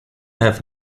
have